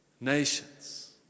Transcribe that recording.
nations